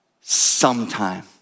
sometime